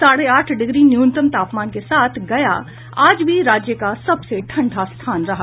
साढ़े आठ डिग्री न्यूनतम तापमान के साथ गया आज भी राज्य का सबसे ठंडा स्थान रहा